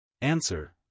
Answer